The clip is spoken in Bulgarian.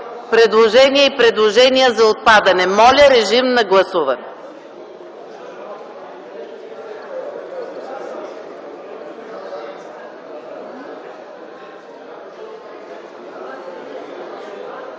предложения и предложения за отпадане. Моля, гласувайте.